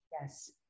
Yes